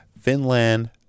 finland